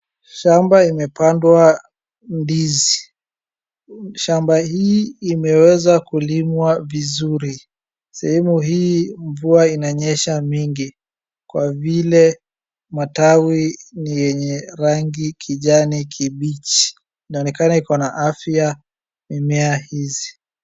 Shamba imepandwa ndizi. Shamba hii imeweza kulimwa vizuri. Sehemu hii mvua inanyesha mingi kwa vile matawi ni yenye rangi kijani kibichi. Inaonekana ikona afya mimea hizi.